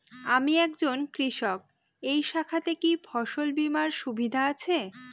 আমি একজন কৃষক এই শাখাতে কি ফসল বীমার সুবিধা আছে?